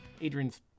Adrian's